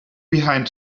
behind